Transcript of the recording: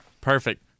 Perfect